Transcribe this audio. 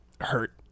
hurt